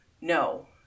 No